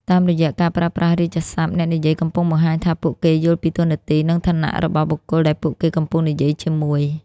តាមរយៈការប្រើប្រាស់រាជសព្ទ អ្នកនិយាយកំពុងបង្ហាញថាពួកគេយល់ពីតួនាទី និងឋានៈរបស់បុគ្គលដែលពួកគេកំពុងនិយាយជាមួយ។